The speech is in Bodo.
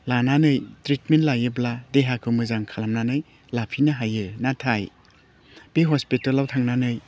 लानानै ट्रिटमेन्ट लायोब्ला देहाखौ मोजों खालामनानै लाफिननो हायो नाथाय बे हस्पितालआव थांनानै